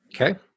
Okay